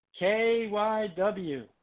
KYW